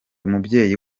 mubyeyi